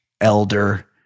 elder